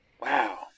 Wow